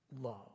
love